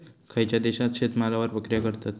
खयच्या देशात शेतमालावर प्रक्रिया करतत?